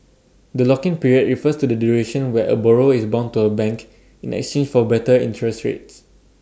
the lock in period refers to the duration where A borrower is bound to A bank in exchange for better interest rates